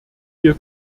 hier